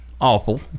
awful